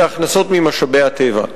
בהכנסות ממשאבי הטבע.